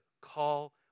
call